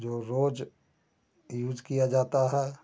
जो रोज़ यूज किया जाता है